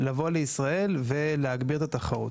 לבוא לישראל ולהגביר את התחרות.